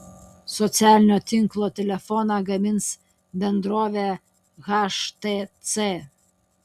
socialinio tinklo telefoną gamins bendrovė htc